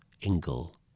Ingle